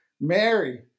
Mary